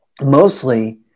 mostly